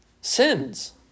Sins